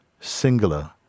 singular